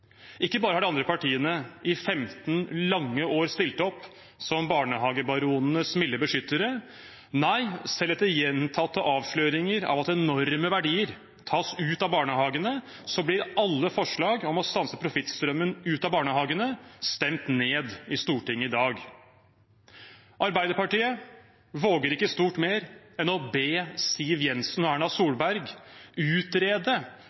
Ikke bare har de andre partiene i 15 lange år stilt opp som barnehagebaronenes milde beskyttere, nei, selv etter gjentatte avsløringer av at enorme verdier tas ut av barnehagene, blir alle forslag om å stanse profittstrømmen ut av barnehagene stemt ned i Stortinget i dag. Arbeiderpartiet våger ikke stort mer enn å be Siv Jensen og Erna Solberg utrede